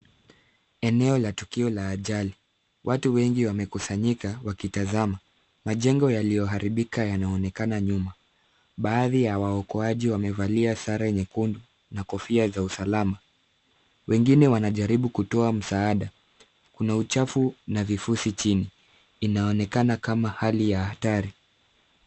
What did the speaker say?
Eneo la tukio la ajali. Watu wengi wamekusanyika wakitazama. Majengo yaliyoharibika yanaonekana nyuma. Baadhi ya waokoaji wamevalia sare nyekundu, na kofia za usalama wengine wanajaribu kutoa msaada. Kuna uchafu na vifusi chini. Inaonekana kama hali ya hatari.